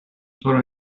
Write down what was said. تورو